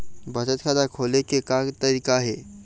बचत खाता खोले के का तरीका हे?